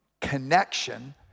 Connection